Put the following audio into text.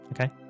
Okay